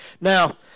Now